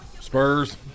Spurs